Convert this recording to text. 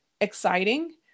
exciting